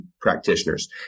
practitioners